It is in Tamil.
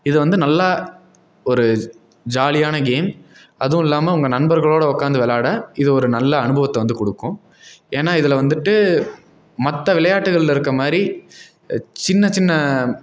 இதை வந்து நல்லா ஒரு ஜாலியான கேம் அதுவும் இல்லாமல் உங்கள் நண்பர்களோடய உட்காந்து விளயாட இது ஒரு நல்ல அனுபவத்தை வந்து கொடுக்கும் ஏன்னால் இதில் வந்துவிட்டு மற்ற விளையாட்டுகளில் இருக்கற மாதிரி சின்ன சின்ன